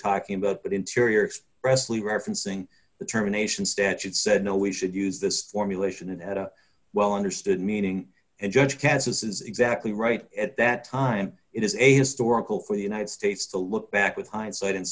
talking about the interior expressly referencing the terminations statute said no we should use this formulation it had a well understood meaning and judge kansas is exactly right at that time it is a historical for the united states to look back with hindsight